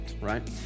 right